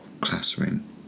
classroom